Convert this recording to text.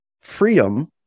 freedom